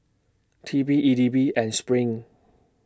T P E D B and SPRING